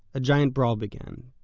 a giant brawl began.